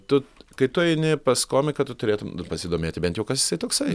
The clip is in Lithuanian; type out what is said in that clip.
tu kai tu eini pas komiką tu turėtum pasidomėti bent jau kas jisai toksai